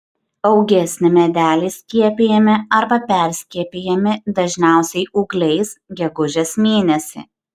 augesni medeliai skiepijami arba perskiepijami dažniausiai ūgliais gegužės mėnesį